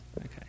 Okay